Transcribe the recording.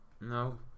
No